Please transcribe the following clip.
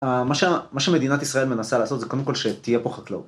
מה שמדינת ישראל מנסה לעשות זה קודם כל שתהיה פה חקלאות.